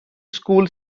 school